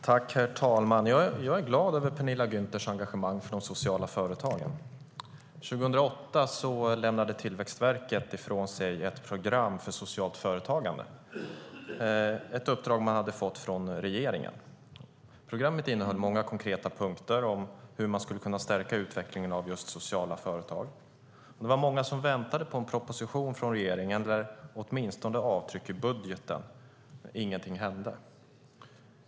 Herr talman! Jag är glad över Penilla Gunthers engagemang i de sociala företagen. År 2008 lämnade Tillväxtverket ifrån sig ett program för socialt företagande, ett uppdrag man hade fått från regeringen. Programmet innehöll många konkreta punkter om hur vi skulle kunna stärka utvecklingen av just sociala företag, och det var många som väntade på en proposition från regeringen eller åtminstone ett avtryck i budgeten. Ingenting hände.